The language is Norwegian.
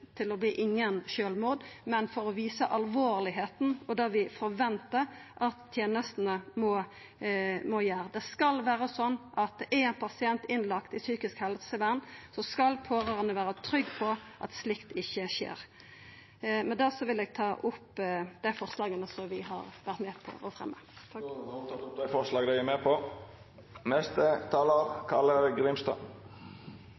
til å verta nokon sjølvmord, men for å visa alvoret og det vi forventar at tenestene må gjera. Det skal vera slik at er ein pasient innlagd i psykisk helsevern, skal pårørande vera trygge på at sjølvmord ikkje skjer. Med dette vil eg ta opp det forslaget som vi har vore med på å fremja. Representanten Kjersti Toppe har teke opp det forslaget ho refererte til. Vi blir aldri ferdig med